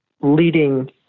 leading